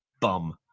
Bum